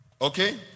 okay